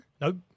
Nope